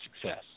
success